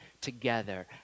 together